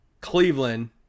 Cleveland